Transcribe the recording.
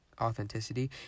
authenticity